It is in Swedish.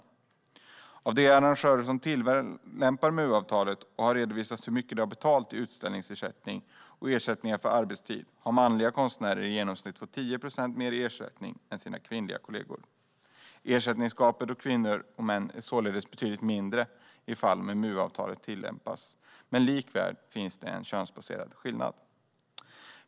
Det visar sig att de arrangörer som tillämpar MU-avtalet och har redovisat hur mycket de har betalat i utställningsersättning och ersättning för arbetstid har gett manliga konstnärer i genomsnitt 10 procent mer i ersättning än de kvinnliga kollegorna. Ersättningsgapet mellan kvinnor och män är således betydligt mindre i de fall då MU-avtalet tillämpas, men likväl finns en könsbaserad skillnad.